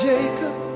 Jacob